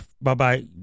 Bye-bye